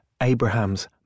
Abraham's